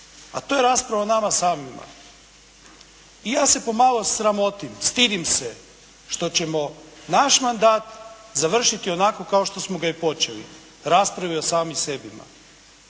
a to je rasprava o nama samima. I ja se pomalo sramotim, stidim se što ćemo naš mandat završiti onako kao što smo ga i počeli, raspravom o sami sebima.